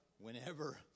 Whenever